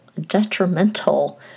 detrimental